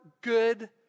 good